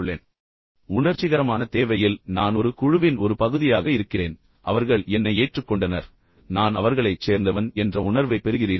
எனவே அதன்பிறகு உணர்ச்சிகரமான தேவையில் நான் ஒரு குழுவின் ஒரு பகுதியாக இருக்கிறேன் அவர்கள் என்னை ஏற்றுக்கொண்டனர் நான் அவர்களைச் சேர்ந்தவன் என்ற உணர்வை நீங்கள் பெறுகிறீர்கள்